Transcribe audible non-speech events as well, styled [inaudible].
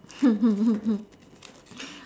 [laughs]